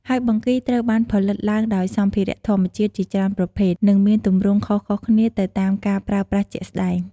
ហើយបង្គីត្រូវបានផលិតឡើងដោយសម្ភារៈធម្មជាតិជាច្រើនប្រភេទ និងមានទម្រង់ខុសៗគ្នាទៅតាមការប្រើប្រាស់ជាក់ស្តែង។